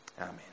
Amen